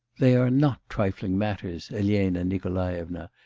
they are not trifling matters, elena nikolaevna,